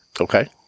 Okay